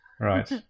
Right